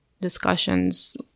discussions